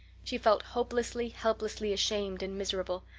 she felt hopelessly, helplessly ashamed and miserable.